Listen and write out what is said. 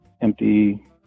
empty